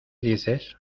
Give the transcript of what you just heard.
dices